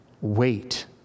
Wait